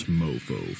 mofo